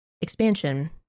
expansion